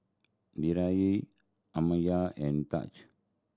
Amiya and Tahj